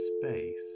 space